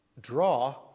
draw